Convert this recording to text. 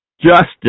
justice